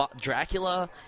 Dracula